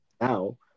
Now